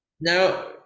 Now